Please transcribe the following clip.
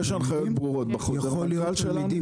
יש הנחיות ברורות --- יכול להיות של ילדים